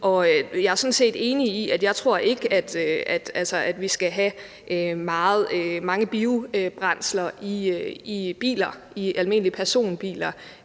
Jeg er sådan set enig i det, for jeg tror ikke, at vi skal have mange biobrændsler i almindelige personbiler